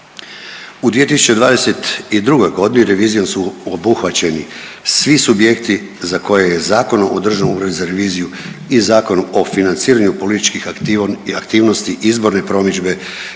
U 2022.g. revizijom su obuhvaćeni svi subjekti za koje je Zakonom o Državnom uredu za reviziju i Zakonom o financiraju političkih aktivnosti, izborne promidžbe